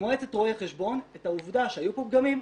מועצת רואי חשבון את העובדה שהיו בו פגמים,